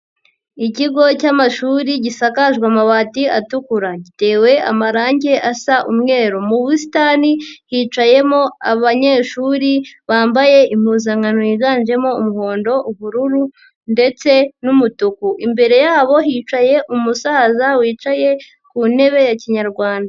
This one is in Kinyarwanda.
Ikigo cy'amashuri gisakajwe amabati atukura, gitewe amarangi asa umweru, mu busitani hicayemo abanyeshuri bambaye impuzankano yiganjemo umuhondo, ubururu ndetse n'umutuku, imbere yabo hicaye umusaza wicaye ku ntebe ya kinyarwanda.